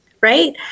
right